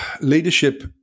leadership